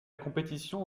compétition